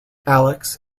alex